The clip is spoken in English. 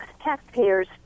taxpayers